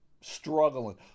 struggling